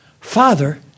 Father